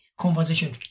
conversation